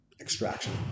extraction